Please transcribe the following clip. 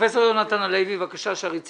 פרופסור יונתן הלוי, מנכ"ל שערי צדק.